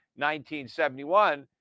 1971